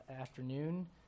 afternoon